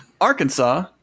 Arkansas